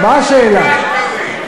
צחי, אל תהיה פוליטיקאי כזה.